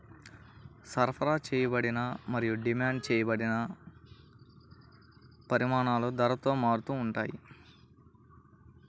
సరఫరా చేయబడిన మరియు డిమాండ్ చేయబడిన పరిమాణాలు ధరతో మారుతూ ఉంటాయి